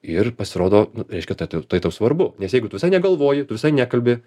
ir pasirodo reiškia tai tai tau svarbu nes jeigu tu visai negalvoji visai nekalbi